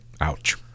Ouch